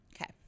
Okay